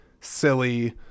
silly